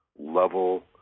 level